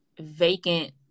vacant